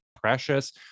Precious